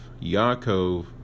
Yaakov